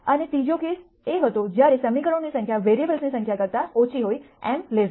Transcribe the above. અને ત્રીજો કેસ એ હતો જ્યારે સમીકરણોની સંખ્યા વેરીઅબલ્જ઼ની ની સંખ્યા કરતા ઓછી હોય mn